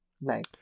nice